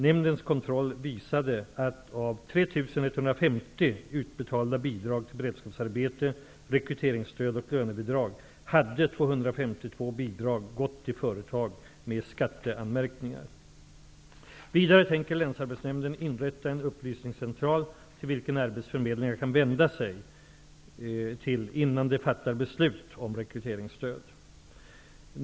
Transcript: Nämndens kontroll visade, att av Vidare tänker länsarbetsnämnden inrätta en upplysningscentral till vilken arbetsförmedlingarna kan vända sig till innan de fattar beslut om rekryteringsstöd.